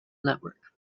network